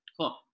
cool